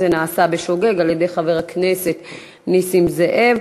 זה נעשה בשוגג על-ידי חבר הכנסת נסים זאב.